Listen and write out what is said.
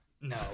No